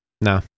No